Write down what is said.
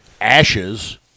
ashes